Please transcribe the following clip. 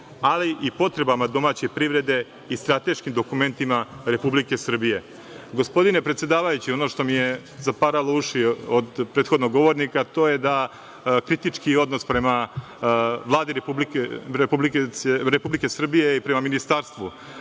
ali i potrebama domaće privrede i strateškim dokumentima Republike Srbije. Gospodine predsedavajući, ono što mi je zaparalo uši od prethodnog govornika to je kritički odnos prema Vladi Republike Srbije i prema Ministarstvu.